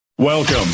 Welcome